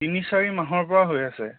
তিনি চাৰি মাহৰ পৰা হৈ আছে